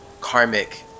karmic